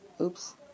Oops